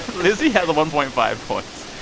lizzie has one point five points.